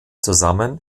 zusammen